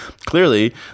clearly